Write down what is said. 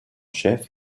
chef